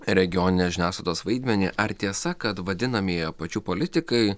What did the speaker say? regioninės žiniasklaidos vaidmenį ar tiesa kad vadinamieji apačių politikai